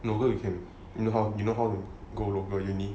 local you can you know how you know how to go local uni